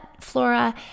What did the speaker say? flora